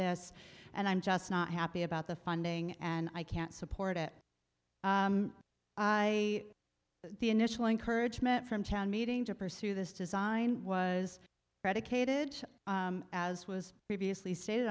this and i'm just not happy about the funding and i can't support it i the initial encouragement from town meeting to pursue this design was predicated as was previously stated